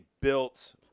built